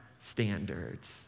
standards